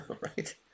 right